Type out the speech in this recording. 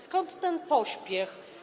Skąd ten pospiech?